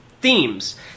themes